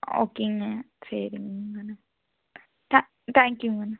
ஓகேங்க சரிங்க அண்ணா த தேங்க்யூங்க அண்ணா